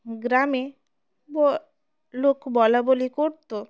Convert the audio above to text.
গ্রামে ব লোক বলাবলি করতো